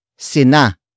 Sina